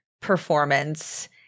performance